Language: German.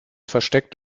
versteckt